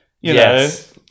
Yes